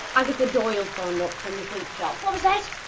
agatha doyle phoned up from the sweet shop. what was that?